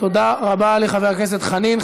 תודה רבה לחבר הכנסת חנין.